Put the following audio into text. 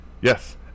Yes